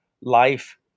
life